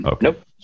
Nope